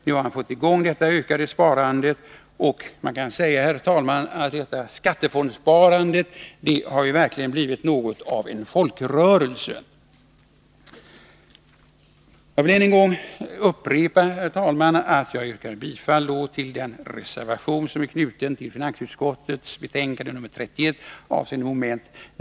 Nu har ett ökat sparande kommit i gång, och man kan, herr talman, säga att skattefondsparandet verkligen har blivit något av en folkrörelse. Låt mig än en gång, herr talman, yrka bifall till den reservation som är knuten till finansutskottets betänkande nr 31 avseende mom. 9.